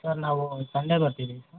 sir ನಾವು Sunday ಬರ್ತಿದ್ದೀವಿ sir